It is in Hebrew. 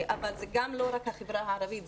אבל זה גם לא רק החברה הערבית,